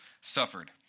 suffered